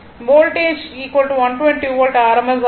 voltage 120 volt rms ஆகும்